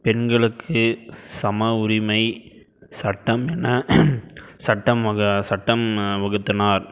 பெண்களுக்கு சம உரிமை சட்டம் என சட்டம் வகு சட்டம் வகுத்துனார்